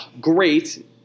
great